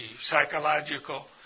psychological